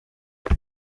nta